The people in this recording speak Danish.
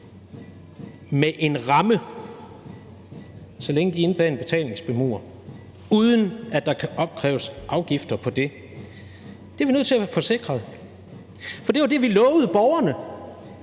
med en ramme, så længe de er inde bag en betalingsmur, uden at der kan opkræves afgifter for det, er vi nødt til at få sikret, for det var det, vi lovede borgerne,